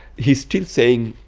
he's still saying,